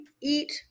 eat